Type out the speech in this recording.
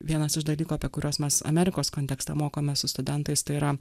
vienas iš dalykų apie kuriuos mes amerikos kontekste mokomės su studentais tai yra